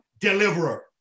deliverer